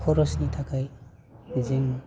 खरसनि थाखाय जों